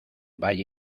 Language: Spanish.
valle